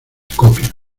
copias